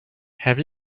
have